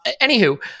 Anywho